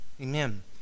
amen